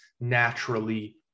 naturally